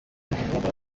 barabikora